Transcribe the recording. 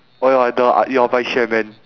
oh you are the you are vice chairman